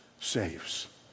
saves